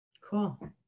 cool